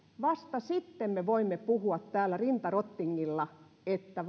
vasta sitten me voimme puhua täällä rinta rottingilla että